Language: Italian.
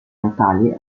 natali